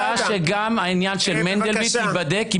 היא רוצה שגם העניין של מנדלבליט ייבדק,